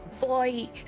Boy